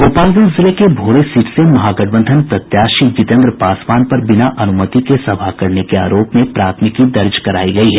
गोपालगंज जिले के भोरे सीट से महागठबंधन प्रत्याशी जितेन्द्र पासवान पर बिना अन्मति के सभा करने के आरोप में प्राथमिकी दर्ज करायी गयी है